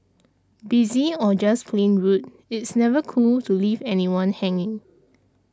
busy or just plain rude it's never cool to leave anyone hanging